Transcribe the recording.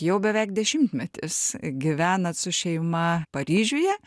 jau beveik dešimtmetis gyvenat su šeima paryžiuje